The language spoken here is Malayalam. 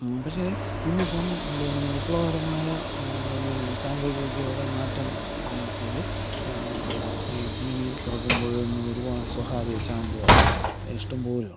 പക്ഷേ ഇന്നിപ്പം പിന്നെ വിപ്ലവകരമായ പിന്നെ സാങ്കേതിക വിദ്യയുടെ മാറ്റത്തിൽ പിന്നെ ടി വി തുറക്കുമ്പോൾ ഇന്ന് ഒരുപാട് സ്വകാര്യ ചാനലുകൾ ഇഷ്ടംപോലെ ഉണ്ട്